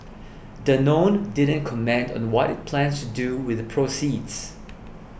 danone didn't comment on what it plans to do with the proceeds